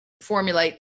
formulate